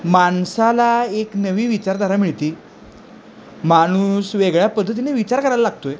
माणसाला एक नवी विचारधारा मिळते माणूस वेगळ्या पद्धतीने विचार करायला लागतो आहे